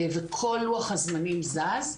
וכל לוח הזמנים זז.